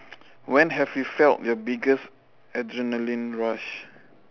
when have you felt your biggest adrenaline rush